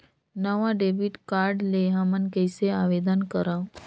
नवा debit card ले हमन कइसे आवेदन करंव?